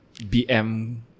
BM